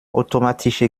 automatische